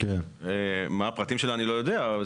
מה הפרטים שלה אני לא יודע.